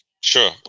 Sure